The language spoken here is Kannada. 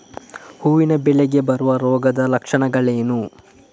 ಹೂವಿನ ಬೆಳೆಗೆ ಬರುವ ರೋಗದ ಲಕ್ಷಣಗಳೇನು?